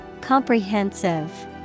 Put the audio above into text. comprehensive